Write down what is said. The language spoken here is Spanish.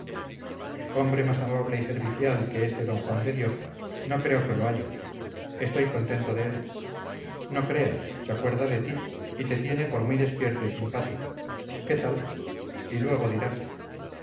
hombre más amable y servicial que este don juan de dios no creo que lo haya estoy contento de él no creas se acuerda de ti y te tiene por muy despierto y simpático qué tal y luego dirás